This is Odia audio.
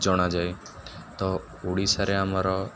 ଜଣାଯାଏ ତ ଓଡ଼ିଶାରେ ଆମର